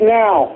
now